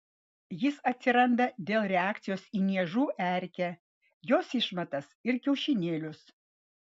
jis atsiranda dėl reakcijos į niežų erkę jos išmatas ir kiaušinėlius